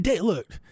Look